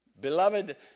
beloved